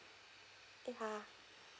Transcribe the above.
yeah